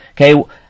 Okay